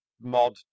mod